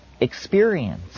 experience